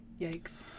Yikes